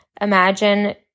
imagine